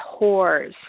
whores